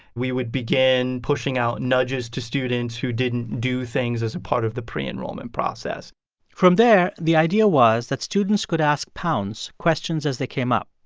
we would begin pushing out nudges to students who didn't do things as a part of the pre-enrollment process from there, the idea was that students could ask pounce questions as they came up.